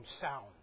sound